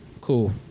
Cool